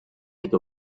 like